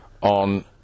on